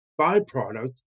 byproduct